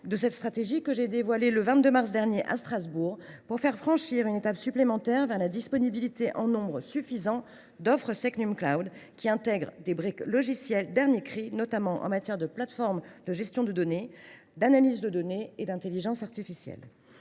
de cette stratégie, que j’ai dévoilé le 22 mars dernier à Strasbourg, pour nous faire franchir une étape supplémentaire vers la disponibilité en nombre suffisant d’offres SecNumCloud comprenant des briques logicielles dernier cri, notamment pour les plateformes de gestion de données, d’analyse de données et d’intelligence artificielle.